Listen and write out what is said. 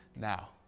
now